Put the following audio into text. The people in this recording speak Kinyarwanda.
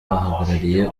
bahagarariye